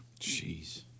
Jeez